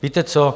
Víte co?